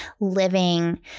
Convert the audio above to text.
living